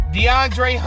DeAndre